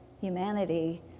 humanity